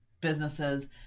businesses